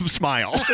smile